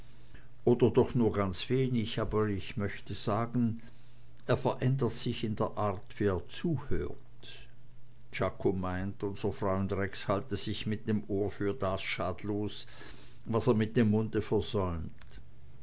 oder doch nur ganz wenig aber ich möchte sagen er verändert sich in der art wie er zuhört czako meint unser freund rex halte sich mit dem ohr für das schadlos was er mit dem munde versäumt